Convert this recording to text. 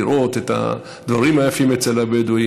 לראות את הדברים היפים אצל הבדואים,